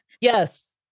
Yes